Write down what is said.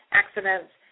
accidents